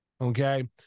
okay